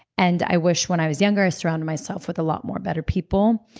and i wish when i was younger i surrounded myself with a lot more better people,